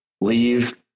leave